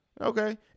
okay